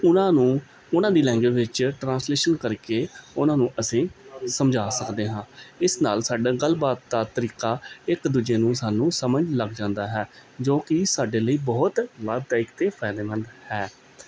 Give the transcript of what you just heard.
ਉਹਨਾਂ ਨੂੰ ਉਹਨਾਂ ਦੀ ਲੈਂਗੁਏਜ ਵਿੱਚ ਟਰਾਂਸਲੇਸ਼ਨ ਕਰਕੇ ਉਹਨਾਂ ਨੂੰ ਅਸੀਂ ਸਮਝਾ ਸਕਦੇ ਹਾਂ ਇਸ ਨਾਲ ਸਾਡਾ ਗੱਲਬਾਤ ਦਾ ਤਰੀਕਾ ਇੱਕ ਦੂਜੇ ਨੂੰ ਸਾਨੂੰ ਸਮਝ ਲੱਗ ਜਾਂਦਾ ਹੈ ਜੋ ਕਿ ਸਾਡੇ ਲਈ ਬਹੁਤ ਲਾਭਦਾਇਕ ਅਤੇ ਫਾਇਦੇਮੰਦ ਹੈ